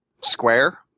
square